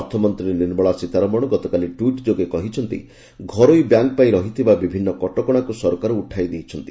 ଅର୍ଥମନ୍ତ୍ରୀ ନିର୍ମଳା ସୀତାରମଣ ଗତକାଲି ଟ୍ୱିଟ୍ ଯୋଗେ କହିଛନ୍ତି ଘରୋଇ ବ୍ୟାଙ୍କ୍ ପାଇଁ ରହିଥିବା ବିଭିନ୍ନ କଟକଣାକୁ ସରକାର ଉଠାଇ ଦେଇଛନ୍ତି